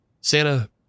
Santa